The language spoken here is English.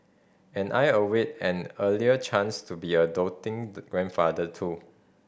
and I await an earlier chance to be a doting grandfather too